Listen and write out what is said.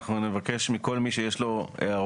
אנחנו נבקש מכל מי שיש לו הערות